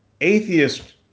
atheist